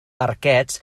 arquets